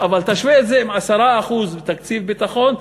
אבל תשווה את זה עם 10% תקציב ביטחון,